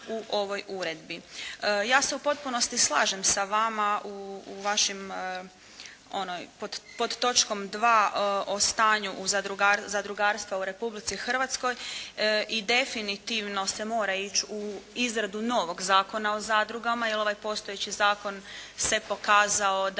u ovoj uredbi. Ja se u potpunosti slažem sa vama u vašim ono pod točkom dva o stanju zadrugarstva u Republici Hrvatskoj i definitivno se mora ići u izradu novog Zakona o zadrugama, jer ovaj postojeći zakon se pokazao da